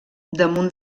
damunt